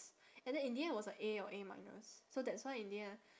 ~s and then in the end it was a A or A minus so that's why in the end